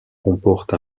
comporte